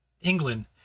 England